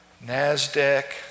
NASDAQ